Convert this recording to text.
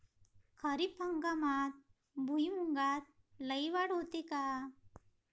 खरीप हंगामात भुईमूगात लई वाढ होते का?